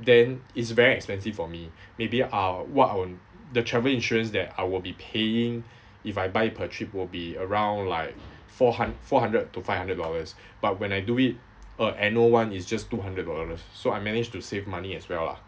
then it's very expensive for me maybe I'll what I'll the travel insurance that I will be paying if I buy per trip will be around like four hun~ four hundred to five hundred dollars but when I do it a annual one is just two hundred dollars so I managed to save money as well lah